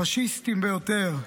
הפשיסטיים ביותר,